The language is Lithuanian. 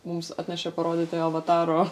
mums atnešė parodyti avataro